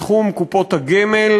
בתחום קופות הגמל.